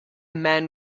man